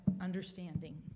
understanding